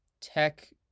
Tech